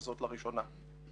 וזאת לראשונה.